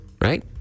right